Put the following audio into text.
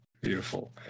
beautiful